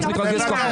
אתה צריך להתרגל לזה.